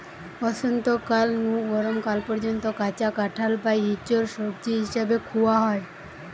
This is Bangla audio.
বসন্তকাল নু গরম কাল পর্যন্ত কাঁচা কাঁঠাল বা ইচোড় সবজি হিসাবে খুয়া হয়